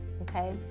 okay